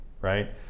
right